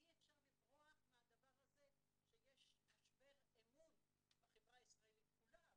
אי אפשר לברוח מהדבר הזה שיש משבר אמון בחברה הישראלית כולה,